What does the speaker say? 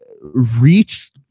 reach